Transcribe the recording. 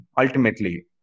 ultimately